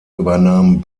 übernahmen